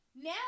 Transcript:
now